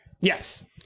Yes